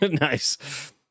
Nice